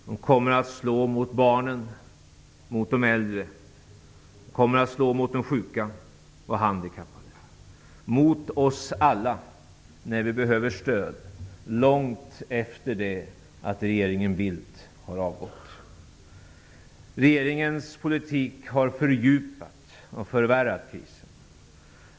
Den kommer att slå mot barnen, de äldre, de som är sjuka och handikappade och mot oss alla när vi behöver stöd, långt efter det att regeringen Bildt har avgått. Regeringens politik har fördjupat och förvärrat krisen.